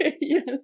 yes